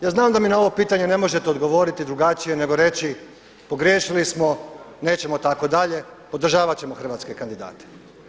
Ja znam da mi na ovo pitanje ne možete odgovoriti drugačije nego reći, pogriješili smo, nećemo tako dalje, podržavat ćemo hrvatske kandidate.